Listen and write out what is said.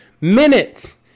minutes